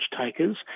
takers